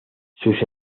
sus